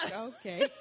Okay